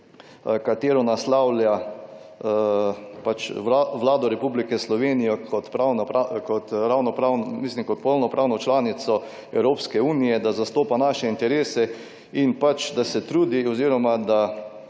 katero naslavlja Vlado Republike Slovenije kot polnopravno članico Evropske unije, da zastopa naše interese in da se trudi oziroma da